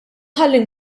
ħalli